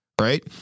right